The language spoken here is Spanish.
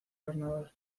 carnaval